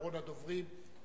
אחרון הדוברים,